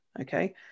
Okay